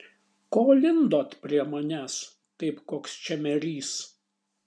ko lindot prie manęs kaip koks čemerys